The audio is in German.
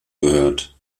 gehört